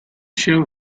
show